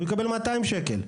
הוא יקבל מאתיים שקל.